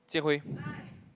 Jian-Hui